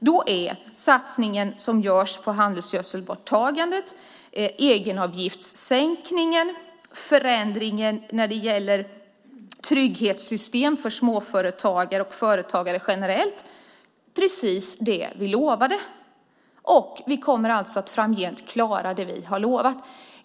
Den satsning som görs med anledning av handelsgödselborttagandet är egenavgiftssänkningen, förändringen när det gäller trygghetssystem för småföretagare och företagare generellt, precis det vi lovade. Vi kommer alltså framgent att klara det vi har lovat.